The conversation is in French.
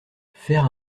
faire